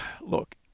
look